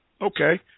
Okay